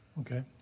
Okay